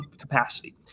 capacity